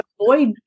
avoid